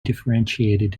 differentiated